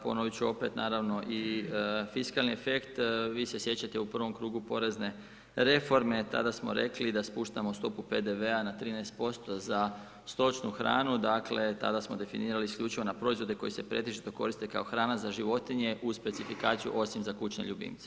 Ponovit ću opet, naravno i fiskalni efekt, vi se sjećate u prvom krugu porezne reforme, tad smo rekli da spuštamo stopu PDV-a na 13% za stočnu hranu, dakle tada smo definirali isključivo na proizvode koji se pretežito koriste kao hrana za životinje uz specifikaciju osim za kućne ljubimce.